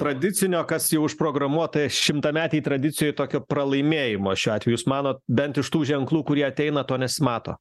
tradicinio kas jau užprogramuota šimtametėj tradicijoj tokio pralaimėjimo šiuo atveju jūs manot bent iš tų ženklų kurie ateina to nesimato